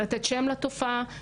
יש דברים שכן קשורים לגוגל,